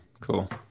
Cool